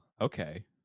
okay